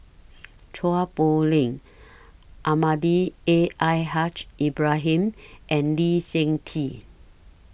Chua Poh Leng Almahdi A I Haj Ibrahim and Lee Seng Tee